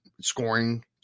scoring